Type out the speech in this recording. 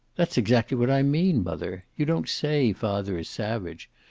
that's exactly what i mean, mother. you don't say father is savage.